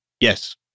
Yes